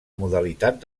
modalitat